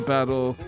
Battle